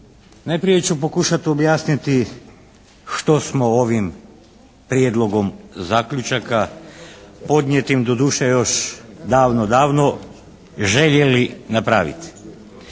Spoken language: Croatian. Najprije ću pokušati objasniti što smo ovim Prijedlogom zaključaka, podnijetim doduše još davno, davno željeli napraviti.